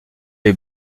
est